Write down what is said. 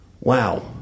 Wow